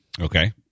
Okay